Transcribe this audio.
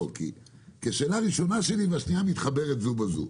כי השאלה הראשונה שלי והשאלה השנייה מתחברות זו לזו.